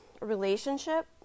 relationship